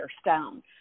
stone